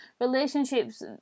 relationships